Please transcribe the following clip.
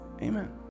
Amen